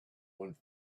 went